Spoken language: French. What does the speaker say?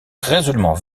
résolument